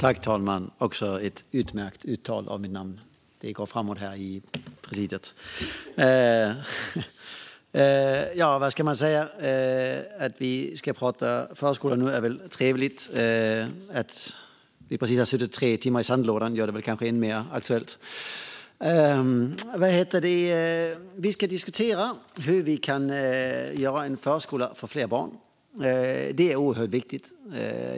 Fru talman! Ja, vad ska man säga? Att vi pratar om förskolan nu är väl trevligt. Att vi precis har suttit i tre timmar i sandlådan gör det kanske ännu mer aktuellt. Vi diskuterar hur vi kan skapa en förskola för fler barn. Det är oerhört viktigt.